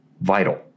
vital